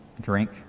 drink